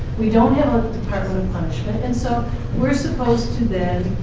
we don't have a department of punishment. and so we're supposed to, then,